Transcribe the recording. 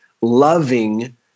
loving